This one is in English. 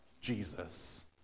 Jesus